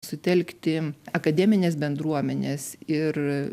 sutelkti akademines bendruomenes ir